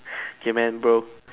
okay man bro